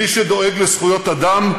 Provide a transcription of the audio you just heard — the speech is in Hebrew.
מי שדואג לזכויות אדם,